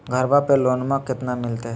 घरबा पे लोनमा कतना मिलते?